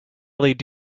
led